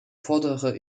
fordere